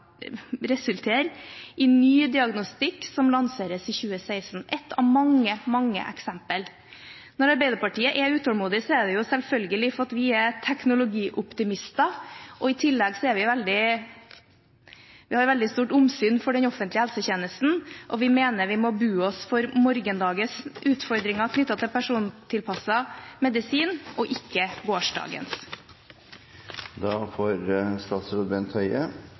resultere i ny diagnostikk som lanseres i 2016 – ett av mange eksempler. Når Arbeiderpartiet er utålmodig, er det selvfølgelig fordi vi er teknologioptimister og i tillegg har vi veldig stor omsorg for den offentlige helsetjenesten. Vi mener vi må bu oss på morgendagens utfordringer knyttet til persontilpasset medisin, ikke gårsdagens.